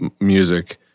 music